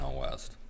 west